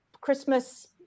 Christmas